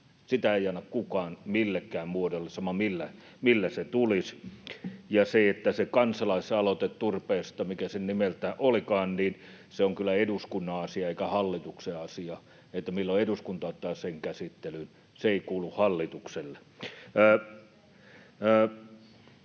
Sitä ei anna kukaan millekään muodolle, sama, millä se tulisi. Ja mikä se kansalaisaloite turpeesta nimeltään olikaan, niin on kyllä eduskunnan asia eikä hallituksen asia, milloin eduskunta ottaa sen käsittelyyn. Se ei kuulu hallitukselle.